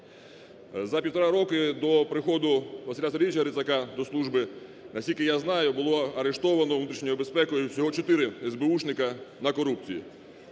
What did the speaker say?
За півтора роки до приходу Василя Сергійовича Грицака до служби, наскільки я знаю, було арештовано внутрішньою безпекою всього 4 есбеушники на корупції,